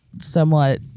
somewhat